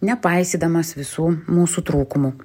nepaisydamas visų mūsų trūkumų